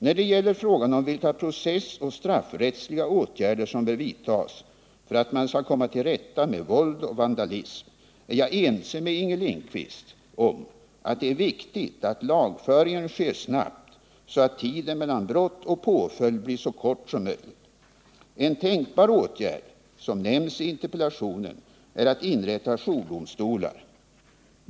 När det gäller frågan om vilka processoch straffrättsliga åtgärder som bör vidtas för att man skall komma till rätta med våld och vandalism är jag ense med Inger Lindquist om att det är viktigt att lagföringen sker snabbt så att tiden mellan brott och påföljd blir så kort som möjligt. En tänkbar åtgärd som nämns i interpellationen är att inrätta jourdomstolar.